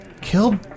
killed